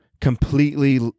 completely